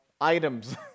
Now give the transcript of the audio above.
items